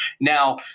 Now